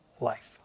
life